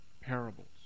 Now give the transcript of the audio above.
parables